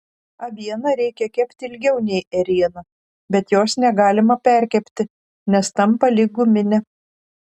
avieną reikia kepti ilgiau nei ėrieną bet jos negalima perkepti nes tampa lyg guminė